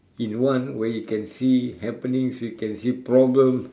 in one where you can see happenings you can see problems